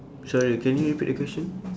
sorry can you repeat the question